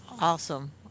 Awesome